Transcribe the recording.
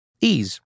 Ease